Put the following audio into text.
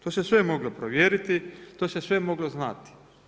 To se sve moglo provjeriti, to se sve moglo znati.